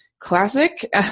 classic